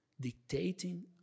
dictating